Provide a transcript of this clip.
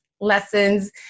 lessons